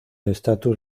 estatus